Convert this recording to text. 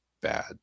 bad